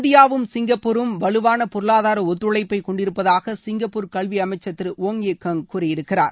இந்தியாவும் சிங்கப்பூரும் வலுவான பொருளாதார ஒத்துழைப்பை கொண்டிருப்பதாக சிங்கப்பூர் கல்வி அமைச்சர் திரு ஓங் எ கங் கூறியிருக்கிறார்